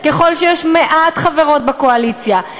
ככל שיש מעט חברות בקואליציה,